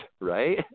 right